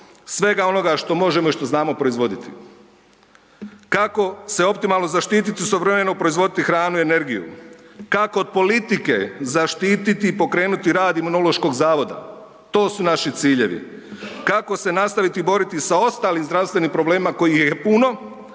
svega onoga što možemo i što znamo proizvoditi. Kako se optimalno zaštititi i istovremeno proizvoditi hranu i energiju, kako od politike zaštiti i pokrenuti rad Imunološkog zavoda, to su naši ciljevi. Kako se nastaviti boriti sa ostalim zdravstvenim problemima kojih je puno